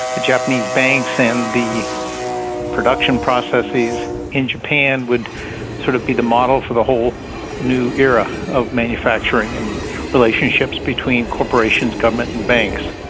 the japanese banks and the production processes in japan would sort of be the model for the whole new era of manufacturing and relationships between corporations, government, and banks.